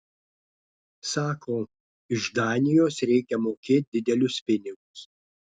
sako iš danijos reikia mokėt didelius pinigus